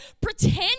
pretend